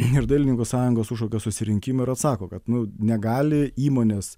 ir dailininkų sąjunga sušaukia susirinkimą ir atsako kad nu negali įmonės